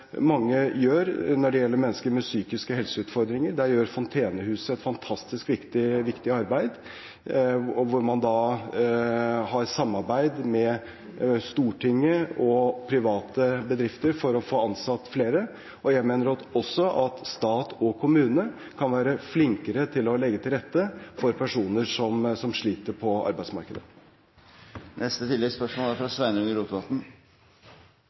mange gjør bl.a. når det gjelder mennesker med psykiske helseutfordringer. Der gjør Fontenehuset et fantastisk viktig arbeid, gjennom et samarbeid med Stortinget og private bedrifter, for å få ansatt flere. Jeg mener også at stat og kommune kan være flinkere til å legge til rette for personer som sliter på arbeidsmarkedet. Sveinung Rotevatn – til oppfølgingsspørsmål. Det er